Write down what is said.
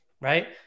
right